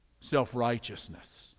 self-righteousness